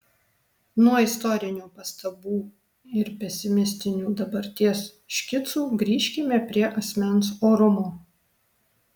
nuo istorinių pastabų ir pesimistinių dabarties škicų grįžkime prie asmens orumo